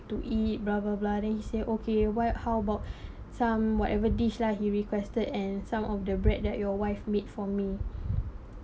to eat blah blah blah then he say okay why how about some whatever dish lah he requested and some of the bread that your wife made for me